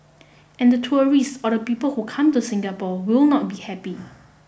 and the tourists or the people who come to Singapore will not be happy